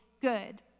good